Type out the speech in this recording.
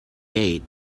date